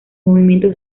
movimiento